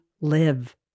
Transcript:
live